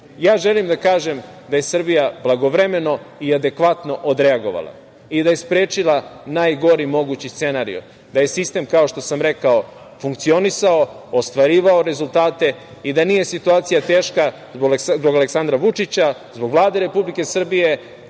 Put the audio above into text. Ja želim da kažem da je Srbija blagovremeno i adekvatno odreagovala i da je sprečila najgori mogući scenario, da je sistem, kao što sam rekao, funkcionisao, ostvarivao rezultate i da nije situacija teška zbog Aleksandra Vučića, zbog Vlade Republike Srbije,